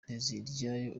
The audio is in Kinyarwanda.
nteziryayo